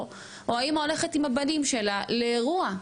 או האימא הולכת עם הבנים שלה לאירוע?